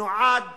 שנועד